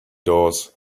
doors